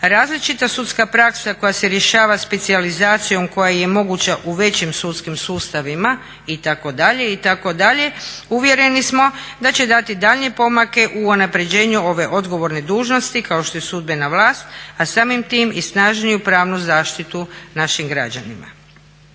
različita sudska praksa koja se rješava specijalizacijom koja je moguća u većim sudskim sustavima itd., itd. uvjereni smo da će dati daljnje pomake u unapređenju ove odgovorne dužnosti kao što je sudbena vlast, a samim tim i snažniju pravnu zaštitu našim građanima.